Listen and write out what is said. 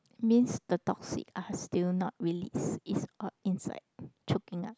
means the toxic are still not released it's all inside choking up